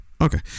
okay